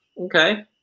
okay